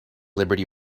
liberty